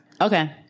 Okay